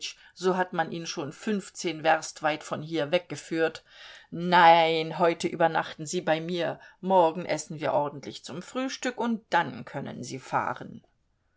so hat man ihn schon fünfzehn werst weit von hier weggeführt nein heute übernachten sie bei mir morgen essen wir ordentlich zum frühstück und dann können sie fahren